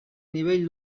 nivell